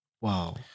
Wow